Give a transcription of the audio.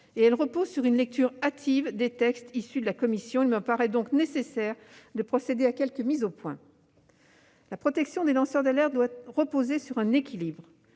et elles reposent sur une lecture hâtive des textes issus de la commission. Il me paraît donc nécessaire de procéder à quelques mises au point. La protection des lanceurs d'alerte doit reposer sur un équilibre.